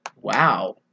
Wow